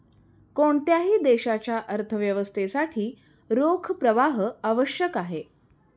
कोणत्याही देशाच्या अर्थव्यवस्थेसाठी रोख प्रवाह आवश्यक आहे